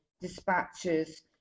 dispatches